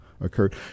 occurred